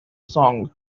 song